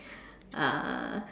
uh